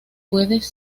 puedes